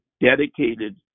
dedicated